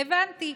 והבנתי,